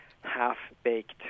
half-baked